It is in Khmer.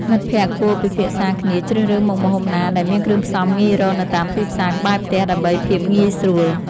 មិត្តភក្តិគួរពិភាក្សាគ្នាជ្រើសរើសមុខម្ហូបណាដែលមានគ្រឿងផ្សំងាយរកនៅតាមទីផ្សារក្បែរផ្ទះ ដើម្បីភាពងាយស្រួល។